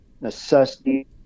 necessity